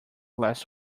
last